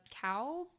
cow